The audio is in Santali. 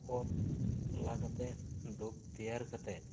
ᱚᱛ ᱞᱟ ᱠᱟᱛᱮᱜ ᱰᱩᱯ ᱛᱮᱭᱟᱨ ᱠᱟᱛᱮᱜ